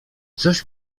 coś